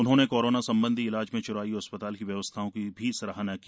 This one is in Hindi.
उन्होंने कोरोना संबंधी इलाज में चिरायु अस्पताल की व्यवस्थाओं की सराहना की